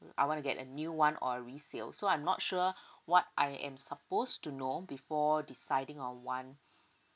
I wanna get a new one or a resale so I'm not sure what I am supposed to know before deciding on one